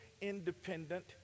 independent